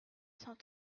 cent